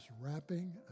wrapping